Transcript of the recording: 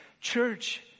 Church